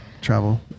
travel